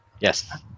Yes